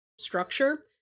structure